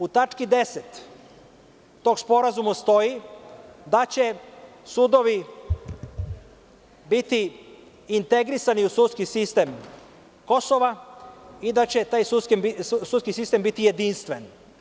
U tački 10. tog sporazuma stoji da će sudovi biti integrisani u sudski sistem Kosova i da će taj sudski sistem biti jedinstven.